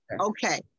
okay